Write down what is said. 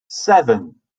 seven